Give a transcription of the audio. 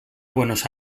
buenos